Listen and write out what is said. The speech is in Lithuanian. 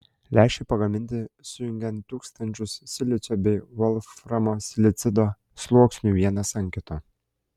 lęšiai pagaminti sujungiant tūkstančius silicio bei volframo silicido sluoksnių vienas ant kito